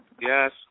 Yes